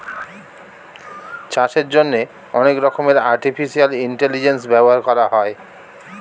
চাষের জন্যে অনেক রকমের আর্টিফিশিয়াল ইন্টেলিজেন্স ব্যবহার করা হয়